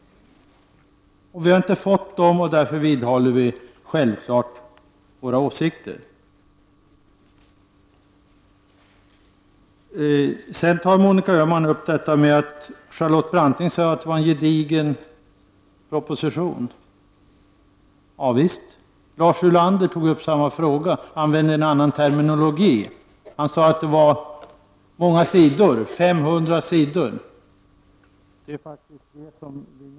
Vi har inte fått veta dessa skäl, och därför vidhåller vi självfallet våra åsikter. Monica Öhman tar vidare upp frågan om att Charlotte Branting sade att propositionen är gedigen. Ja, visst. Lars Ulander tog upp samma fråga. Men han använde en annan terminologi. Han sade att propositionen är på 500 sidor..